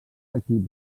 equips